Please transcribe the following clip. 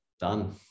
Done